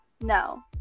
No